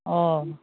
অঁ